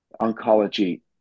oncology